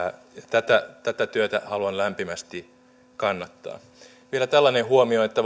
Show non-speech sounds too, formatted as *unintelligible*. tätä tätä työtä haluan lämpimästi kannattaa vielä tällainen huomio että *unintelligible*